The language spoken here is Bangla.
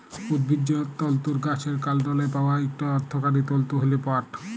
উদ্ভিজ্জ তলতুর গাহাচের কাল্ডলে পাউয়া ইকট অথ্থকারি তলতু হ্যল পাট